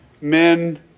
Men